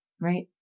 Right